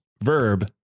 verb